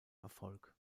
erfolg